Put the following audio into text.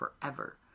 forever